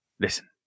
listen